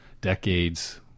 decades